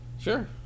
Sure